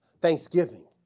thanksgiving